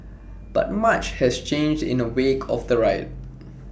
but much has changed in the wake of the riot